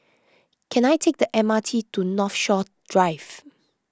can I take the M R T to Northshore Drive